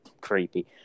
creepy